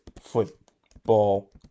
football